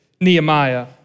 Nehemiah